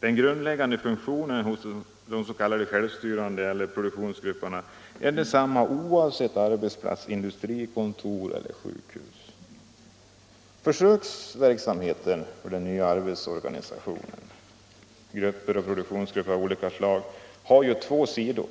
Denna grundläggande funktion hos s.k. självstyrande grupper eller produktionsgrupper är densamma oavsett typ Försöksverksamheten med nya arbetsorganisationer — självstyrande grupper och produktionsgrupper av olika slag — har två sidor.